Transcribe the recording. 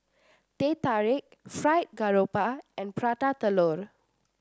Teh Tarik Fried Garoupa and Prata Telur